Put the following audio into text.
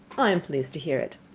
i am pleased to hear it.